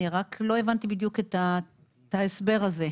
אני לא הבנתי בדיוק את ההסבר הזה.